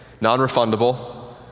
non-refundable